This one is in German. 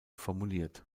formuliert